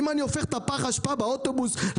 אם אני הופך את פח האשפה באוטובוס כדי